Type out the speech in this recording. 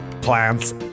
plants